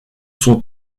son